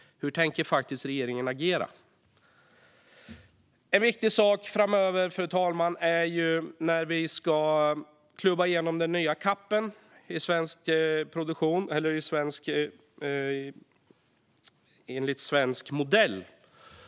Hur tänker regeringen agera? En viktig sak framöver, fru talman, är när vi ska klubba igenom den nya CAP:en enligt svensk modell.